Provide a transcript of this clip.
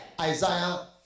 Isaiah